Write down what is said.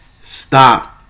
stop